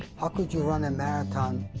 how could you run a marathon,